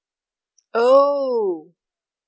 oh